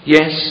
Yes